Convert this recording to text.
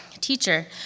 Teacher